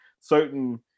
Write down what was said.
certain